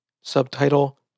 subtitle